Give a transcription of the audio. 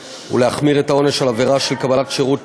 ולהחמיר את העונש על עבירה של קבלת שירות